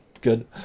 good